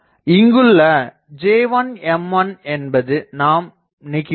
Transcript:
இங்குள்ள J1 M1 என்பது நாம் நீக்கிவிட்டோம்